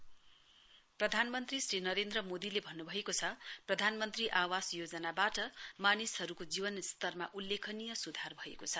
PM प्रधानमन्त्री श्री नरेन्द्र मोदीले भन्न्भएको छ प्रधानमन्त्री आवास योजनाबाट मानिसहरूको जीवन स्तरमा उल्लेखनीय स्धार भएको छ